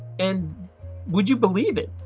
and would you believe it?